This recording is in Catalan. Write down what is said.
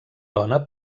dona